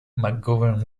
mcgovern